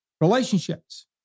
relationships